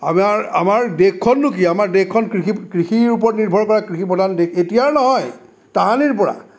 আমাৰ আমাৰ দেশখননো কি আমাৰ দেশখন কৃষি কৃষিৰ ওপৰত নিৰ্ভৰ কৰে কৃষি প্ৰধান দেশ এতিয়াৰ নহয় তাহানিৰ পৰা